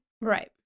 Right